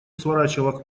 сворачивала